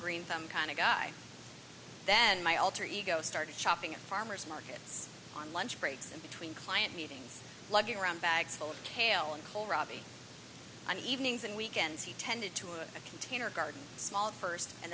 green thumb kind of guy then my alter ego started shopping at farmers markets on lunch breaks in between client meetings lugging around bags full of kale and cole robbie on evenings and weekends he tended to a container garden small first and